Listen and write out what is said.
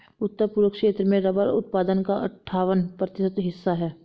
उत्तर पूर्व क्षेत्र में रबर उत्पादन का अठ्ठावन प्रतिशत हिस्सा है